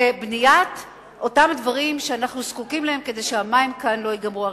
לבניית אותם דברים שאנחנו זקוקים להם כדי שהמים כאן לא ייגמרו.